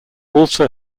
also